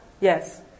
Yes